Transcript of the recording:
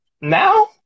Now